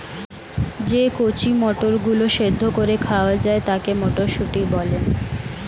যে কচি মটরগুলো সেদ্ধ করে খাওয়া যায় তাকে মটরশুঁটি বলা হয়